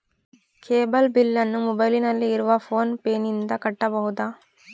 Cable ಬಿಲ್ಲನ್ನು ಮೊಬೈಲಿನಲ್ಲಿ ಇರುವ ಫೋನ್ ಪೇನಿಂದ ಕಟ್ಟಬಹುದಾ?